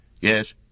Yes